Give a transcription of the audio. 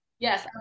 Yes